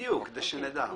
בדיוק, כדי שנדע.